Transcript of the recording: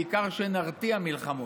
בעיקר שנרתיע ממלחמות.